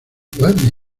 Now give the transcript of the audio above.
duerme